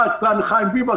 כאן חיים ביבס,